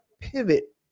pivot